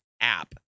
app